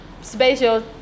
special